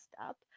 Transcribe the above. up